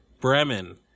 Bremen